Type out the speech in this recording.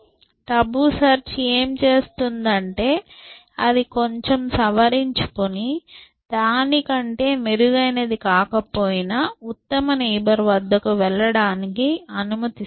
Tabu search ఏమి చేస్తుందంటే అది కొంచెం సవరించుకుని దాని కంటే మెరుగైనది కాకపోయినా ఉత్తమ నైబర్ వద్దకు వెళ్ళడానికి అనుమతిస్తుంది